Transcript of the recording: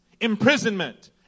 imprisonment